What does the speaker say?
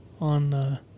on